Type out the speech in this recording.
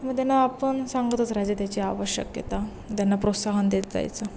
मग त्यांना आपण सांगतच राहायचे त्याची आवश्यकता त्यांना प्रोत्साहन देत जायचं